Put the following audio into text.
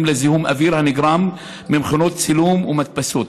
לזיהום אוויר הנגרם ממכונות צילום ומדפסות